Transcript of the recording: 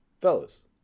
fellas